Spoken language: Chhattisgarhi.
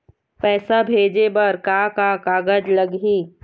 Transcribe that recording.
पैसा भेजे बर का का कागज लगही?